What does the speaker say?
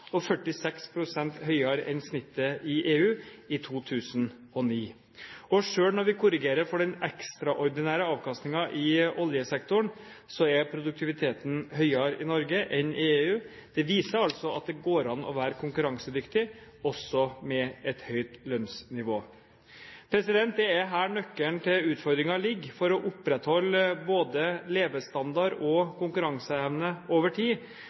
og 46 pst. høyere enn snittet i EU i 2009. Selv når vi korrigerer for den ekstraordinære avkastningen i oljesektoren, er produktiviteten høyere i Norge enn i EU. Det viser altså at det går an å være konkurransedyktig, også med et høyt lønnsnivå. Det er her nøkkelen til utfordringen ligger. For å opprettholde både levestandard og konkurranseevne over tid